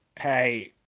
Hey